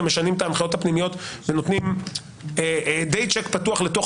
משנים את ההנחיות הפנימיות ונותנים די צ'ק פתוח לתוך